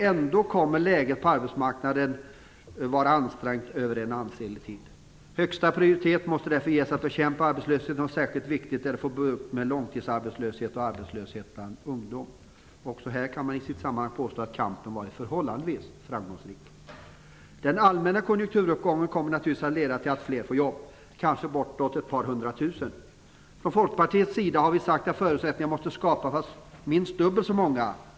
Ändå kommer läget på arbetsmarknaden att vara ansträngt över en ansenlig tid. Högsta prioritet måste därför ges att bekämpa arbetslösheten och särskilt viktigt är det att få bukt med långtidsarbetslöshet och arbetslöshet bland ungdom. Också här kan man i sitt sammanhang påstå att kampen varit förhållandevis framgångsrik. Den allmänna konjunkturuppgången kommer naturligtvis att leda till att fler får jobb, kanske bortåt 200 000. Från Folkpartiets sida har vi sagt att förutsättningar måste skapas för minst dubbelt så många.